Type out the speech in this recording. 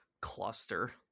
cluster